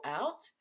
out